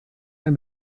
ein